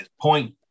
point